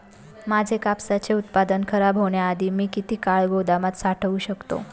माझे कापसाचे उत्पादन खराब होण्याआधी मी किती काळ गोदामात साठवू शकतो?